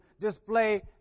display